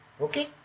Okay